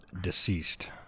deceased